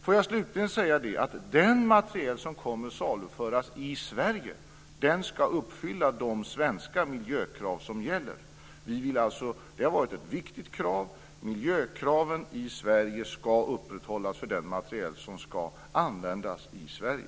Får jag slutligen säga att den materiel som kommer att saluföras i Sverige ska uppfylla de svenska miljökrav som gäller. Det har varit ett viktigt krav. Miljökraven i Sverige ska upprätthållas för den materiel som ska användas i Sverige.